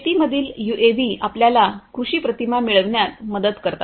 शेतीमधील यूएव्ही आपल्याला कृषी प्रतिमा मिळविण्यात मदत करतात